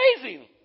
amazing